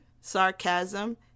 sarcasm